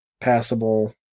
passable